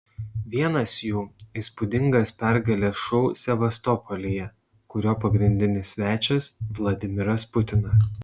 vienas jų įspūdingas pergalės šou sevastopolyje kurio pagrindinis svečias vladimiras putinas